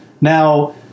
Now